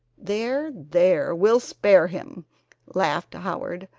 there, there! we'll spare him laughed howard.